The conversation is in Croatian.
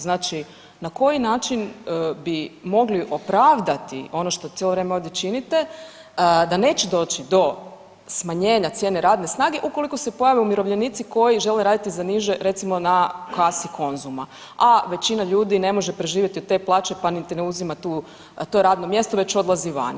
Znači na koji način bi mogli opravdati ono što cijelo vrijeme ovdje činite da neće doći do smanjenja cijene radne snage ukoliko se pojave umirovljenici koji žele raditi za niže, recimo na kasi „Konzuma“, a većina ljudi ne može preživjeti od te plaće, pa niti ne uzima to radno mjesto već odlazi vani.